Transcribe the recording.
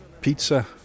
pizza